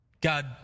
God